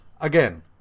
Again